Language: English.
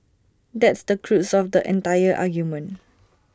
that's the crux of the entire argument